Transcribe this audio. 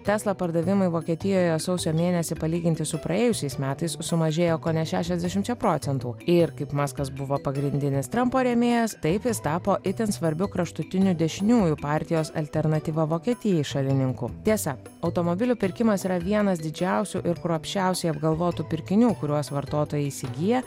tesla pardavimai vokietijoje sausio mėnesį palyginti su praėjusiais metais sumažėjo kone šešiasdešimčia procentų ir kaip maskas buvo pagrindinis trampo rėmėjas taip jis tapo itin svarbiu kraštutinių dešiniųjų partijos alternatyva vokietijai šalininku tiesa automobilių pirkimas yra vienas didžiausių ir kruopščiausiai apgalvotų pirkinių kuriuos vartotojai įsigyja